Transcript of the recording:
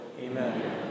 Amen